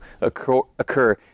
occur